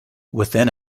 within